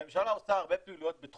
הממשלה עושה הרבה פעילויות גם